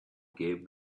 gave